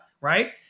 right